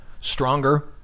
Stronger